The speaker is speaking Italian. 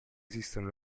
esistono